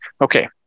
Okay